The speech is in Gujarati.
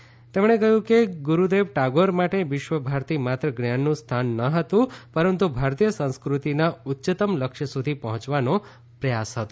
શ્રી મોદીએ કહ્યું કે ગુરુદેવ ટાગોર માટે વિશ્વ ભારતી માત્ર જ્ઞાનનું સ્થાન ન હતું પરંતુ ભારતીય સંસ્કૃતિના ઉચ્ચતમ લક્ષ્ય સુધી પહોંચવાનો પ્રયાસ હતો